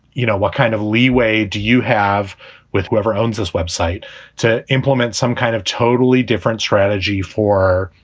you know, what kind of leeway do you have with whoever owns this web site to implement some kind of totally different strategy for,